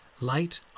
light